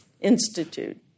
Institute